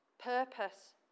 purpose